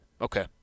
Okay